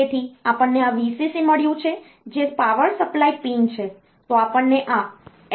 તેથી આપણને આ Vcc મળ્યું છે જે પાવર સપ્લાય પિન છે તો આપણને આ x1 અને x2 મળ્યા છે